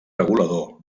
regulador